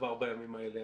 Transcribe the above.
כבר בימים האלה.